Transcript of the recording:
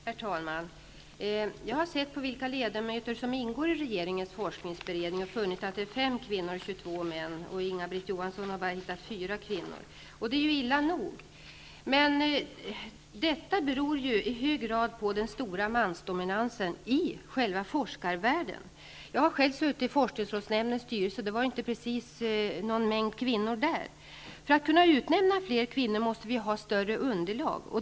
Herr talman! Jag har tittat på vilka ledamöter som ingår i regeringens forskningsberedning och funnit att det är fem kvinnor och 22 män. Inga-Britt Johansson har bara funnit fyra kvinnor, men det är illa nog som det är. Men den här situationen beror i hög grad på den stora mansdominansen i själva forskarvärlden. Jag har själv suttit i forskningsrådsnämndens styrelse. Det fanns inte precis någon stor mängd kvinnor där. För att kunna utnämna fler kvinnor måste det finnas ett större underlag.